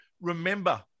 remember